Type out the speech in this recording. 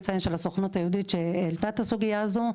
הסוכנות היהודית שהעלתה את הסוגיה הזו,